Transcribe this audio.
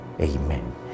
Amen